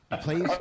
please